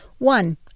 One